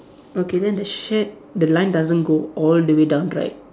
okay then the shirt the line doesn't go all the way down right